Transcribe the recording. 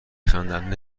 خندند